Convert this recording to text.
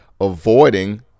Avoiding